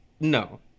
No